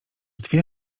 dwie